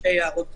שתי הערות קטנות.